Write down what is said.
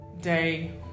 Day